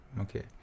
Okay